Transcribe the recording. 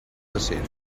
decent